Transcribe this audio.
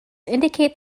indicate